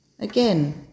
Again